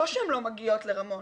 לא שהן לא מגיעות לרמון,